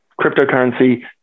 cryptocurrency